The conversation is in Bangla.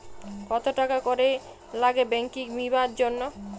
কত টাকা করে লাগে ব্যাঙ্কিং বিমার জন্য?